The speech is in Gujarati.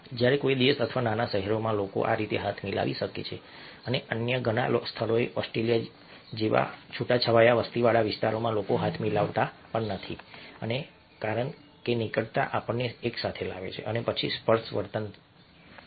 જ્યારે કોઈ દેશ અથવા નાના શહેરમાં લોકો આ રીતે હાથ મિલાવી શકે છે અને અન્ય ઘણા સ્થળોએ ઓસ્ટ્રેલિયા જેવા છૂટાછવાયા વસ્તીવાળા વિસ્તારોમાં લોકો હાથ મિલાવતા પણ નથી અને કારણ કે નિકટતા આપણને એક સાથે લાવે છે અને પછી સ્પર્શ વર્તન શરૂ થાય છે